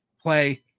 play